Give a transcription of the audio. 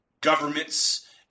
governments